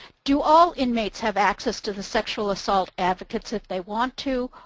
do all inmates have access to the sexual assault advocates if they want to,